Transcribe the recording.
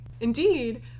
Indeed